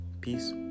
peace